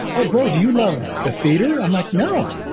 oh, bo, do you love the theater? i'm like, no.